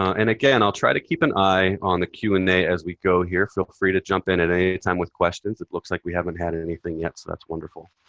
and again, i'll try to keep an eye on the q and a a as we go here. feel free to jump in at any time with questions. it looks like we haven't had anything yet, so that's wonderful.